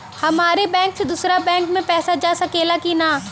हमारे बैंक से दूसरा बैंक में पैसा जा सकेला की ना?